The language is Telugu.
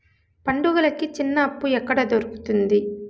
పండుగలకి చిన్న అప్పు ఎక్కడ దొరుకుతుంది